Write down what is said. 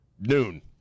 noon